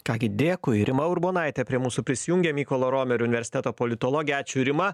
ką gi dėkui rima urbonaitė prie mūsų prisijungė mykolo romerio universiteto politologė ačiū rima